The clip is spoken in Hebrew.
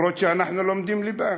למרות שאנחנו לומדים ליבה,